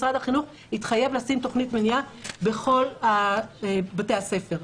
משרד החינוך התחייב לשים תכנית מניעה בכל בתי הספר.